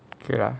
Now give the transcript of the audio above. okay lah